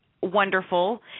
wonderful